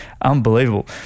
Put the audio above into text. unbelievable